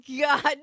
God